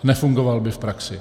Nefungoval by v praxi.